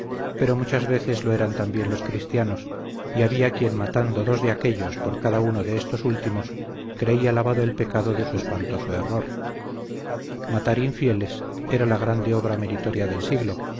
pero muchas veces lo eran también los cristianos y había quien matando dos de aquéllos por cada uno de estos últimos creía lavado el pecado de su espantoso error matar infieles era la grande obra meritoria del siglo